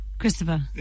Christopher